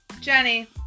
Jenny